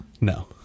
No